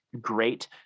great